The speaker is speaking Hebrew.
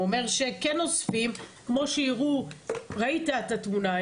הוא אומר שכן אוספים כמו שראית את התמונה,